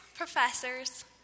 professors